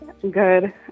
Good